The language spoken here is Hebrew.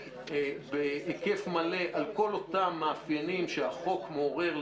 בהיקף מלא על כל אותם מאפיינים שהחוק מעורר,